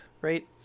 right